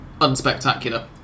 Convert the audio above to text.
unspectacular